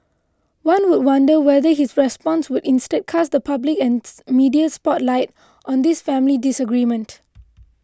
one would wonder whether his response would instead cast the public and media spotlight on this family disagreement